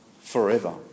forever